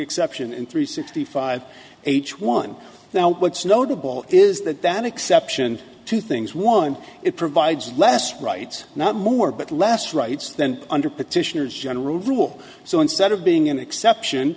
exception in three sixty five h one now what's notable is that that exception two things one it provides less rights not more but less rights than under petitioners general rule so instead of being an exception